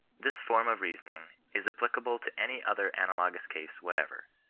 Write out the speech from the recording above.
this form of reasoning is applicable to any other analogous case whatever.